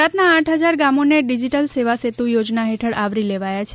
ગુજરાતના આઠ હજાર ગામોને ડિજીટલ સેવાસેતુ યોજના હેઠળ આવરી લેવાયા છે